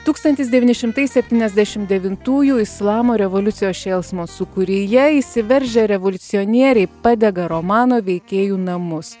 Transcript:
tūkstantis devyini šimtai septyniasdešimt devintųjų islamo revoliucijos šėlsmo sūkuryje įsiveržę revoliucionieriai padega romano veikėjų namus